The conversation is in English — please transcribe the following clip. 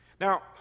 Now